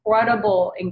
incredible